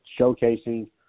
showcasing